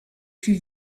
plus